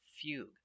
fugue